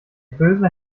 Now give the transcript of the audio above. böse